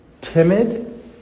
timid